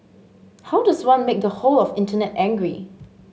how does one make the whole of Internet angry